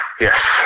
Yes